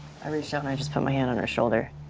i reach out and i just put my hand on her shoulder,